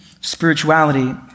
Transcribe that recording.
spirituality